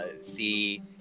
see